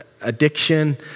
addiction